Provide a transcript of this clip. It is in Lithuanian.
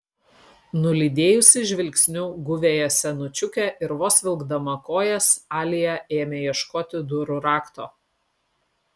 nulydėjusi žvilgsniu guviąją senučiukę ir vos vilkdama kojas alia ėmė ieškoti durų rakto